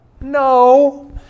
No